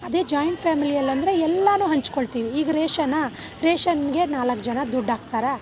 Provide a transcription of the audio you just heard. ಅದೇ ಜಾಯಿಂಟ್ ಫ್ಯಾಮಿಲಿಯಲ್ಲಂದ್ರೆ ಎಲ್ಲವು ಹಂಚಿಕೊಳ್ತೀವಿ ಈಗ ರೇಷನ್ನಾ ರೇಷನ್ಗೆ ನಾಲ್ಕು ಜನ ದುಡ್ಡಾಕ್ತಾರೆ